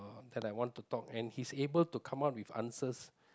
that I want to talk and he's able to come up with answers